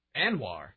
Anwar